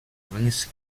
rings